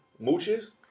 mooches